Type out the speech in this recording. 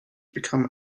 become